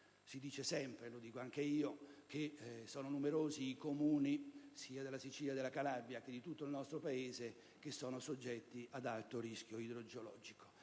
Si dice sempre - lo dico anch'io - che numerosi Comuni della Sicilia, della Calabria e di tutto il nostro Paese sono soggetti ad alto rischio idrogeologico.